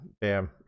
Bam